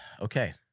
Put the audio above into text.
Okay